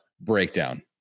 breakdown